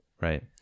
right